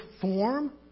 form